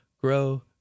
grow